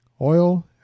oil